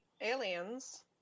Aliens